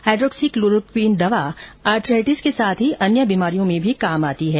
hydroxy chloroquine दवा arthritis के साथ ही अन्य बीमारियों में भी काम आती है